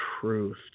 truth